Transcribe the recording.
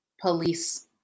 police